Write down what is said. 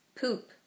Poop